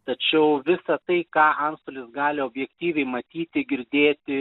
tačiau visa tai ką antstolis gali objektyviai matyti girdėti